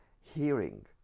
hearing